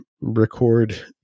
record